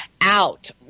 out